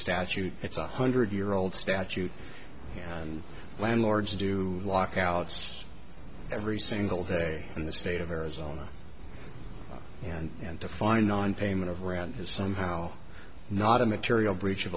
statute its one hundred year old statute and landlords do lockouts every single day in the state of arizona and to find nonpayment of rent is somehow not a material breach of